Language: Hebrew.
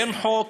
אין חוק,